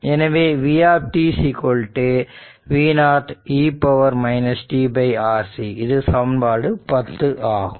எனவே v V0 e tRC இது சமன்பாடு 10 ஆகும்